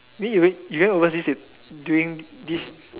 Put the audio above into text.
mean you you going overseas with during this